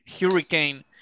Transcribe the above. hurricane